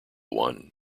one